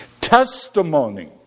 Testimony